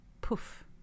poof